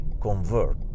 convert